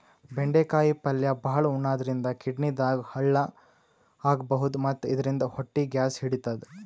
ಬೆಂಡಿಕಾಯಿ ಪಲ್ಯ ಭಾಳ್ ಉಣಾದ್ರಿನ್ದ ಕಿಡ್ನಿದಾಗ್ ಹಳ್ಳ ಆಗಬಹುದ್ ಮತ್ತ್ ಇದರಿಂದ ಹೊಟ್ಟಿ ಗ್ಯಾಸ್ ಹಿಡಿತದ್